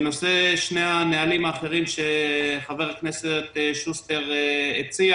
באשר לשני הנהלים האחרים שחבר הכנסת שוסטר הציע